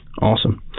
Awesome